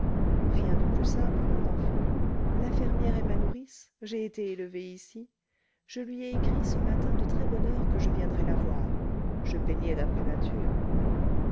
rien de plus simple mon enfant la fermière est ma nourrice j'ai été élevé ici je lui ai écrit ce matin de très-bonne heure que je viendrais la voir je peignais d'après nature